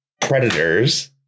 predators